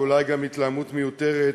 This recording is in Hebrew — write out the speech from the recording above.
ואולי גם התלהמות מיותרת.